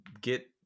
get